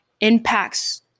impacts